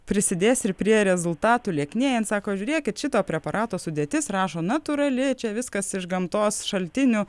prisidės ir prie rezultatų lieknėjant sako žiūrėkit šito preparato sudėtis rašo natūrali čia viskas iš gamtos šaltinių